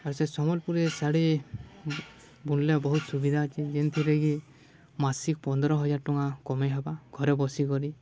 ଆର୍ ସେ ସମ୍ବଲପୁରୀ ଶାଢ଼ୀ ବୁନ୍ଲେ ବହୁତ୍ ସୁବିଧା ଅଛେ ଯେନ୍ଥିରେ କିି ମାସିକ୍ ପନ୍ଦ୍ର ହଜାର୍ ଟଙ୍କା କମେଇ ହେବା ଘରେ ବସିିକରି